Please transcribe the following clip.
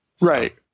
Right